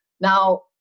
Now